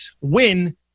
win